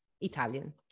Italian